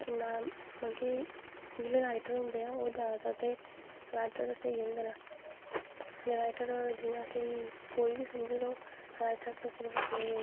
stitching करनी ऐं कोई कपड़े स्यांदे ऐ मतलव बिल्कुल मतलव ठीक ठाक मतलव फिट्ट होंदी ऐ थोह्ड़ी जी स्टिचिंग होंदी ऐ ओह्दी थोह्ड़ी थोह्ड़ी स्टिचिंग करनां होंदी ऐ